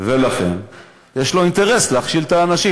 ולכן יש לו אינטרס להכשיל את האנשים.